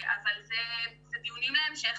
אבל זה דיונים להמשך,